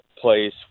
place